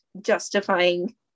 justifying